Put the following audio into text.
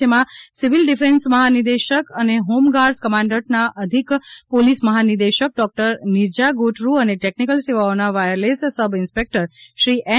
જેમાં civil defence મહા નિદેશક અને હોમ ગાર્ડઝ કમાન્ડન્ટના અધિક પોલીસ મહાનિદેશક ડૉક્ટર નિરજા ગોટરુ અને ટેકનિકલ સેવાઓના wireless sub inspector Shri N